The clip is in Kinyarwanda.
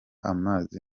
amazi